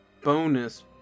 bonus